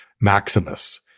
Maximus